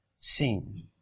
seen